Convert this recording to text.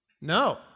No